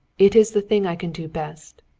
it is the thing i can do best.